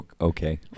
Okay